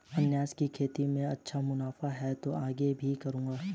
अनन्नास की खेती में अच्छा मुनाफा हुआ तो आगे भी करूंगा